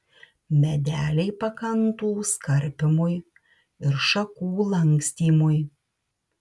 medeliai pakantūs karpymui ir šakų lankstymui